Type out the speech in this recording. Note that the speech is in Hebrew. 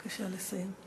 בבקשה לסיים.